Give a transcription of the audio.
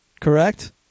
correct